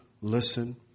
listen